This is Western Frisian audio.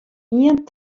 ien